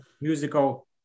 musical